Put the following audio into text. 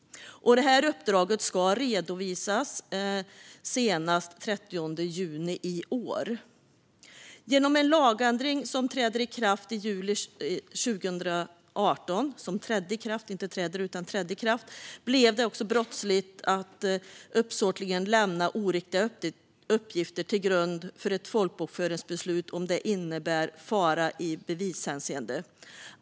Det här uppdraget ska redovisas senast den 30 juni i år. Genom en lagändring som trädde i kraft i juli 2018 blev det brottsligt att uppsåtligen lämna oriktiga uppgifter till grund för ett folkbokföringsbeslut om det innebär fara i bevishänseende.